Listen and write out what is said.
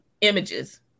images